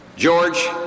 George